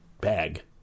bag